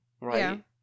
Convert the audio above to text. Right